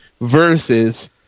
versus